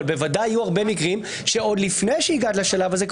אבל בוודאי יהיו הרבה מקרים שעוד לפני שהגעת לשלב הזה,